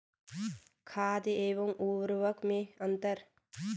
खाद एवं उर्वरक में अंतर?